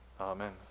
Amen